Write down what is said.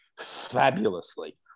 fabulously